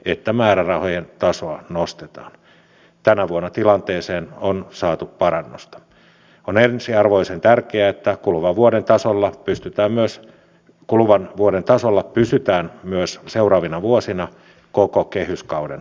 itse asiassa hallituspuolue keskustan ja perussuomalaisten kansanedustajilta on tullut paljon hyviä puheenvuoroja siitä että meidän pitää parantaa tätä lainvalmistelua ja jos on lukenut välikysymyksen nimenomaan kysymykset keskittyvät tähän